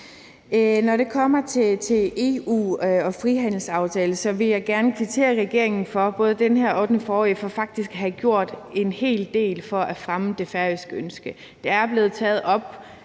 Når det kommer til EU og frihandelsaftale, vil jeg gerne kvittere regeringen – både den her og den forrige – for faktisk at have gjort en hel del for at fremme det færøske ønske; det er blevet taget op